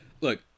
Look